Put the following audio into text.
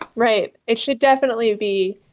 right. it should definitely be